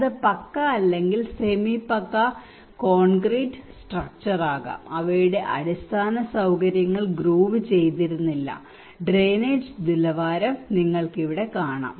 അത് പക്ക അല്ലെങ്കിൽ semi pucca concrete സ്ട്രക്ച്ചറാകാം അവയുടെ അടിസ്ഥാന സൌകര്യങ്ങൾ ഗ്രൂവ് ചെയ്തിരുന്നില്ല ഡ്രെയിനേജ് നിലവാരം നിങ്ങൾക്ക് ഇവിടെ കാണാം